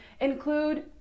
include